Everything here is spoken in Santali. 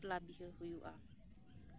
ᱵᱟᱯᱞᱟ ᱵᱤᱦᱟᱹ ᱦᱩᱭᱩᱜᱼᱟ